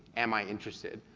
am i interested?